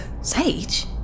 Sage